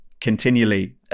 continually